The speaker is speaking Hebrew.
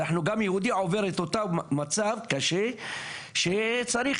גם יהודי עובר את אותו מצב קשה כשהוא צריך